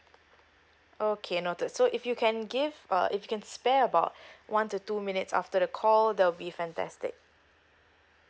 okay noted so if you can give uh if you can spare about one to two minutes after the call that will be fantastic